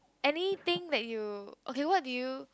anything that you okay what do you